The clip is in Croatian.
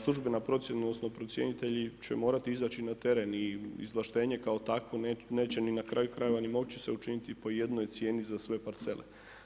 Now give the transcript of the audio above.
Službena procjena odnosno procjenitelji će morati izaći na teren i izvlaštenje kao takvo neće ni na kraju krajeva ni moći se učiniti po jednoj cijeni za sve parcele.